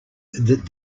that